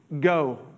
Go